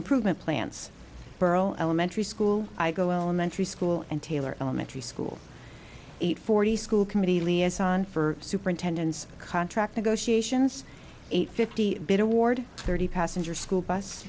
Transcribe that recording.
improvement plants elementary school i go elementary school and taylor elementary school eight forty school committee liaison for superintendents contract negotiations eight fifty bit award thirty passenger school bus